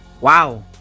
Wow